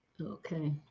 Okay